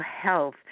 health